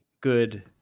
good